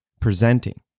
presenting